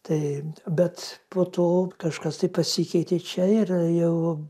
taip bet po to kažkas tai pasikeitė čia ir jau